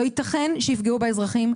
לא ייתכן שיפגעו באזרחים,